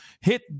Hit